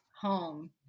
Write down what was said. home